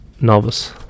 novice